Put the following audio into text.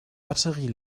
batterie